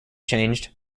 changed